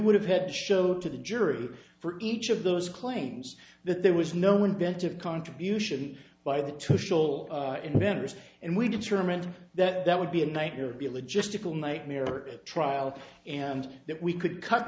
would have had to show to the jury for each of those claims that there was no inventive contribution by the traditional inventors and we determined that that would be a nightmare would be a logistical nightmare or trial and that we could cut